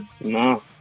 no